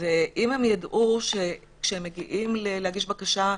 אם הם יידעו שכשהם מגיעים להגיש בקשה,